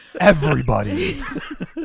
Everybody's